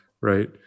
right